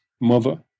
mother